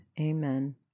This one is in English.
Amen